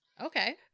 Okay